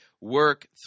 work